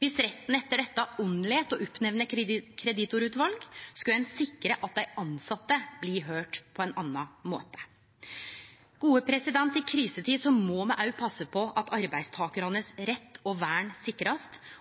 Viss retten etter dette unnlèt å nemne opp kreditorutval, skal ein sikre at dei tilsette blir høyrde på ein annan måte. I krisetider må me òg passe på at retten og vernet til arbeidstakarane blir sikra,